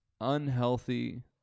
unhealthy